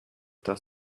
does